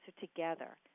together